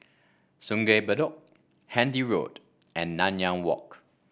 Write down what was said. Sungei Bedok Handy Road and Nanyang Walk